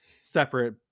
separate